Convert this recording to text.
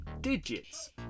digits